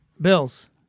Bills